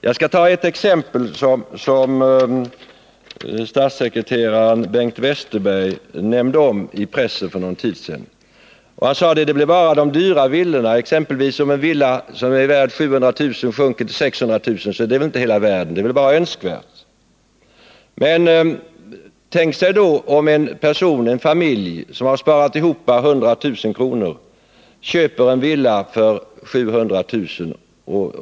Jag skall ta ett exempel som statssekreteraren Bengt Westerberg nämnde i pressen för en tid sedan. Han sade: Det gäller bara de dyra villorna — om en villa som är värd 700 000 sjunker till 600 000, så är ju det inte hela världen, utan det är väl bara önskvärt. Men tänk er då att en familj som sparat ihop 100 000 kr. köper en villa för 700 000.